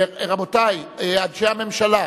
רבותי, אנשי הממשלה,